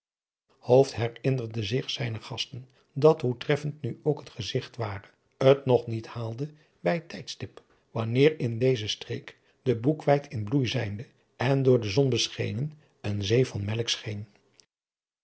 herinnerde hier zijnen gasten dat hoe treffend nu ook het gezigt ware t nog niet haalde bij het tijdstip wanneer in deze streek de boekweit in bloei zijnde en door de zon beschenen een zee van melk scheen